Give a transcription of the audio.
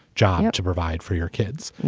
job to provide for your kids.